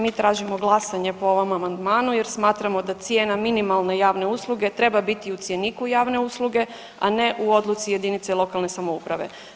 Mi tražimo glasanje po ovom amandmanu jer smatramo da cijena minimalne javne usluge treba biti u cjeniku javne usluge, a ne u odluci jedinice lokalne samouprave.